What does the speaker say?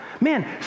Man